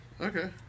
Okay